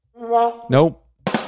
Nope